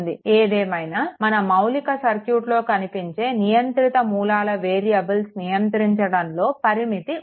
ఏదేమైనా మన మౌలిక సర్క్యూట్లో కనిపించే నియంత్రిత మూలాల వేరియబుల్స్ నియంత్రించడంలో పరిమితి ఉంది